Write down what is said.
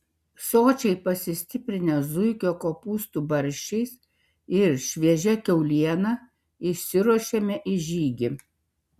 sočiai pasistiprinę zuikio kopūstų barščiais ir šviežia kiauliena išsiruošėme į žygį